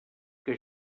que